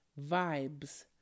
Vibes